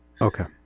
okay